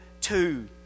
two